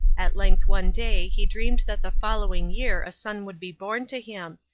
at length one day he dreamed that the following year a son would be born to him,